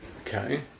Okay